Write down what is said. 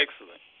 excellent